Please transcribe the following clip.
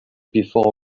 before